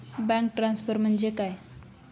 Bank transfer म्हणजे काय?